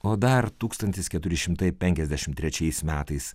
o dar tūkstantis keturi šimtai penkiasdešimt trečiais metais